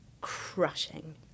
crushing